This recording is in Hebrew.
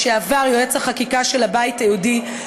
לשעבר יועץ החקיקה של הבית היהודי,